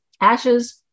ashes